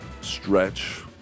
stretch